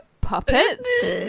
puppets